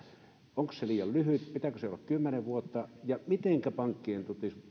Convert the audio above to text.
onko se liian lyhyt pitääkö sen olla kymmenen vuotta ja mitenkä pankkien